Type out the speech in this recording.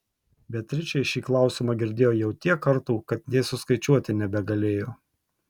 beatričė šį klausimą girdėjo jau tiek kartų kad nė suskaičiuoti nebegalėjo